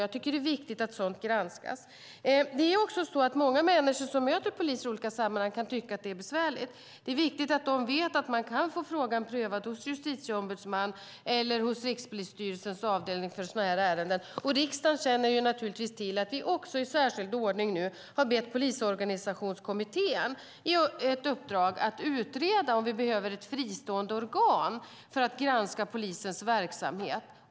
Jag tycker att det är viktigt att sådant granskas. Många människor som möter poliser i olika sammanhang kan tycka att det är besvärligt. Det är viktigt att de vet att man kan få frågan prövad hos Justitieombudsmannen eller hos Rikspolisstyrelsens avdelning för sådana här ärenden. Riksdagen känner till att vi också i särskild ordning nu har gett Polisorganisationskommittén ett uppdrag att utreda om vi behöver ett fristående organ för att granska polisens verksamhet.